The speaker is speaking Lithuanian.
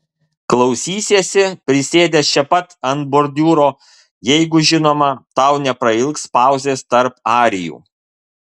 klausysiesi prisėdęs čia pat ant bordiūro jeigu žinoma tau neprailgs pauzės tarp arijų